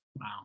Wow